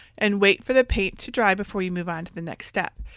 and wait for the paint to dry before you move on to the next step.